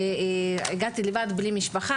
והגעתי לבד בלי משפחה,